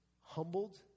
humbled